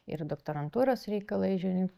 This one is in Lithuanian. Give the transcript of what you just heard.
ir doktorantūros reikalai žiūrint